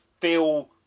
feel